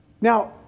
Now